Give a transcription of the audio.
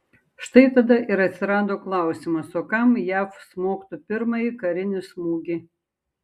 štai tada ir atsirado klausimas o kam jav smogtų pirmąjį karinį smūgį